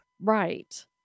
Right